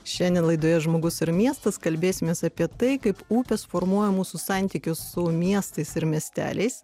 šiandien laidoje žmogus ir miestas kalbėsimės apie tai kaip upės formuoja mūsų santykius su miestais ir miesteliais